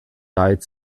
died